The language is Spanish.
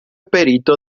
perito